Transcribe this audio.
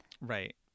right